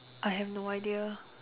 I have no idea